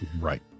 right